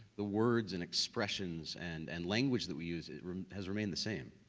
the words and expressions and and language that we used has remained the same.